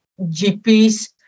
GPs